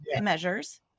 measures